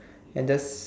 and just